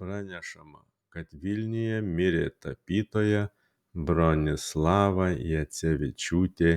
pranešama kad vilniuje mirė tapytoja bronislava jacevičiūtė